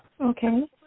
Okay